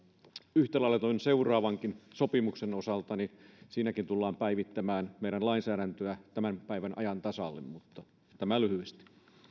yhtä lailla tuon seuraavankin sopimuksen osalta siinäkin tullaan päivittämään meidän lainsäädäntöä tämän päivän ajan tasalle tämä lyhyesti